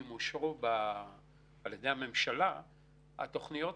ועדת השרים הזו תביא לאישור הממשלה הצעות לתגמול